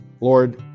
Lord